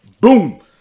Boom